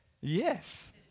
Yes